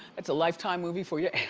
that's a lifetime movie for your